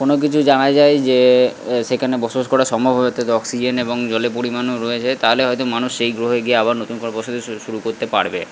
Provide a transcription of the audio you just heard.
কোনো কিছু জানা যায় যে সেখানে বসবাস করা সম্ভব হবে অর্থাৎ অক্সিজেন এবং জলের পরিমাণও রয়ে যায় তাহলে হয়তো মানুষ সেই গ্রহে গিয়ে আবার নতুন করে বসতি শুরু করতে পারবে